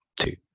two